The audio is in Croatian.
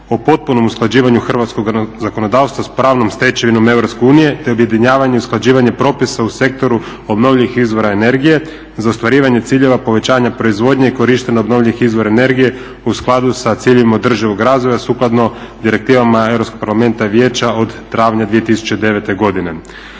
o potpunom usklađivanju hrvatskog zakonodavstva s pravnom stečevinom EU, te objedinjavanje i usklađivanje propisa u sektoru obnovljivih izvora energije za ostvarivanje ciljeva povećanja proizvodnje i korištenja obnovljivih izvora energije u skladu sa ciljevima održivog razvoja sukladno direktivama EU parlamenta i Vijeća od travnja 2009.godine.